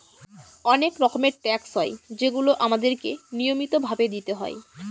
অনেক রকমের ট্যাক্স হয় যেগুলো আমাদেরকে নিয়মিত ভাবে দিতে হয়